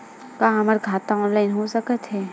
का हमर खाता ऑनलाइन हो सकथे?